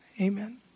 Amen